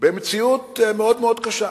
במציאות מאוד מאוד קשה.